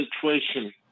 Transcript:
situation